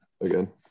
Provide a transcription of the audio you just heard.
again